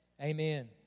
amen